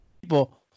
people